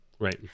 Right